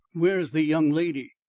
where's the young lady?